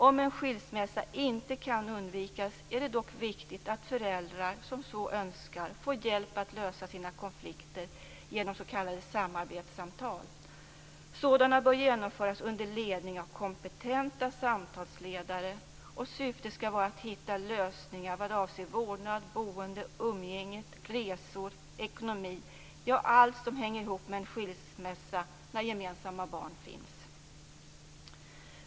Om en skilsmässa inte kan undvikas är det dock viktigt att föräldrar som så önskar får hjälp att lösa sina konflikter genom s.k. samarbetssamtal. Sådana bör genomföras under ledning av kompetenta samtalsledare, och syftet skall vara att hitta lösningar vad avser vårdnad, boende, umgänge, resor, ekonomi - ja allt som hänger ihop med en skilsmässa när gemensamma barn finns.